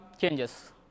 changes